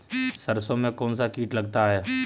सरसों में कौनसा कीट लगता है?